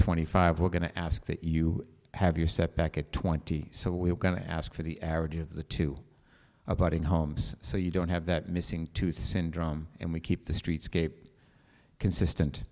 twenty five we're going to ask that you have your setback at twenty so we're going to ask for the average of the two applauding homes so you don't have that missing two syndrome and we keep the streetscape consistent